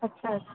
اچھا